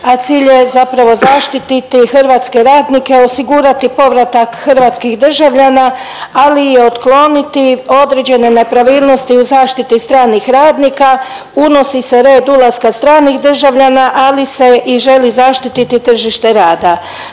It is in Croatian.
a cilj je zapravo zaštititi hrvatske radnike, osigurati povratak hrvatskih državljana, ali i otkloniti određene nepravilnosti u zaštiti stranih radnika, unosi se red ulaska stranih državljana ali se i želi zaštititi tržište rada.